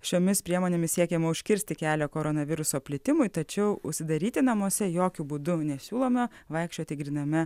šiomis priemonėmis siekiama užkirsti kelią koronaviruso plitimui tačiau užsidaryti namuose jokiu būdu nesiūlome vaikščioti gryname